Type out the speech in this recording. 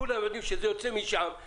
כולם יודעים שזה יוצא משם,